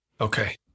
Okay